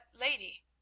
LADY